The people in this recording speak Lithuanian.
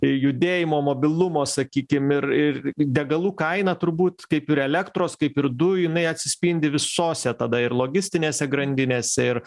judėjimo mobilumo sakykim ir ir degalų kaina turbūt kaip ir elektros kaip ir dujų jinai atsispindi visose tada ir logistinėse grandinėse ir